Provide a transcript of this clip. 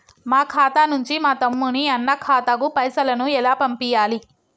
మా ఖాతా నుంచి మా తమ్ముని, అన్న ఖాతాకు పైసలను ఎలా పంపియ్యాలి?